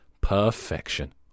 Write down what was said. Perfection